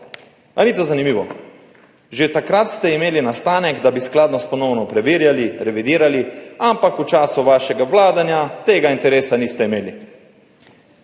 A ni to zanimivo? Že takrat ste imeli nastavek, da bi skladnost ponovno preverjali, revidirali, ampak v času vašega vladanja tega interesa niste imeli.